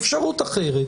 אפשרות אחרת,